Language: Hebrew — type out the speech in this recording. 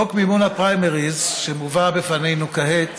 חוק מימון הפריימריז שמובא בפנינו כעת